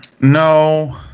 No